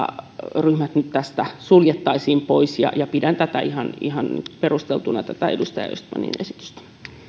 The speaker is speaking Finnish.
ryhmät nyt tästä suljettaisiin pois ja ja pidän ihan perusteltuna tätä edustaja östmanin esitystä